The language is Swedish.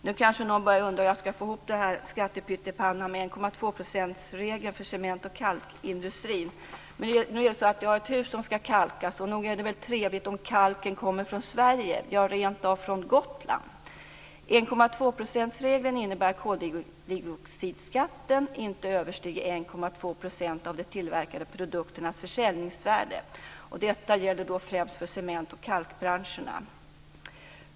Nu kanske någon undrar hur jag ska få ihop skattepyttipannan med 1,2 % regeln för cement och kalkindustrin. Jag har ett hus som ska kalkas. Nog är det väl trevligt om kalken kommer från Sverige, ja rentav från Gotland. 1,2 %-regeln innebär att koldioxidskatten inte överstiger 1,2 % av det tillverkade produkternas försäljningsvärde. Detta gäller främst för cement och kalkbranscherna.